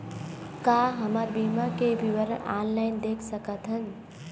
का हमर बीमा के विवरण ऑनलाइन देख सकथन?